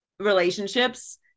Relationships